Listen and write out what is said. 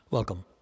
Welcome